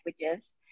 languages